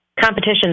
competition